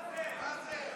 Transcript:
מה זה?